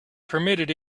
permitted